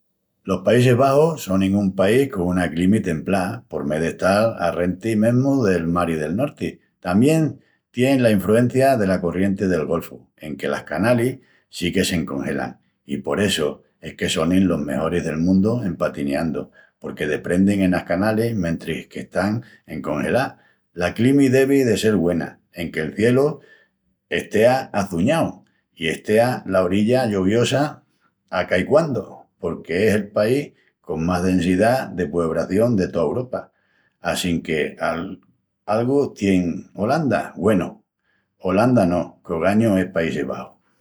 Los Paísis Baxus sonin un país con una climi templá por mé d'estal arrenti mesmu del mari del norti. Tamién tien la infrugencia dela corrienti del golfu enque las canalis sí que s'encongelan i por essu es que sonin los mejoris del mundu en patineandu, porque deprendin enas canalis mentris que están encongelás. La climi devi de sel güena, enque'l cielu estea açuñau i estea la orilla lloviosa a caiquandu, porque es el país con más densidá de puebración de toa Uropa, assinqueal... algu tien Olanda. Güenu, Olanda no, qu'ogañu es Paísis Baxus.